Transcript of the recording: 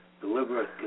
deliberate